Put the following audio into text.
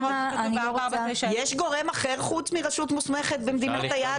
יש גורם אחר חוץ מרשות מוסמכת במדינת היעד?